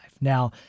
Now